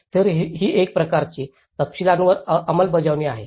तर ही एक प्रकारची तपशीलवार अंमलबजावणी आहे